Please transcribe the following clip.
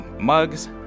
mugs